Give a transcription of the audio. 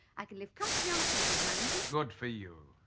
i can live comfortably on a quarter of my income. good for you.